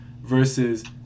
versus